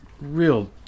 real